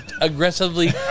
aggressively